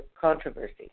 controversy